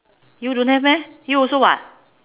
you don't have meh you also [what]